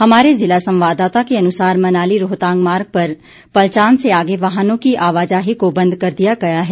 हमारे ज़िला संवाददाता के अनुसार मनाली रोहतांग मार्ग पर पलचान से आगे वाहनों की आवाजाही को बंद कर दिया गया है